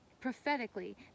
prophetically